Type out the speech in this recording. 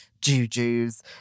jujus